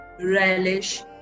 relish